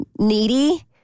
needy